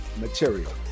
material